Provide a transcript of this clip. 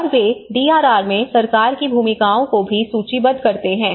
और वे डीआरआर में सरकार की भूमिकाओं को भी सूचीबद्ध करते हैं